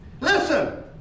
Listen